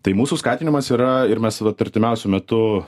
tai mūsų skatinimas yra ir mes vat artimiausiu metu